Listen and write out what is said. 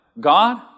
God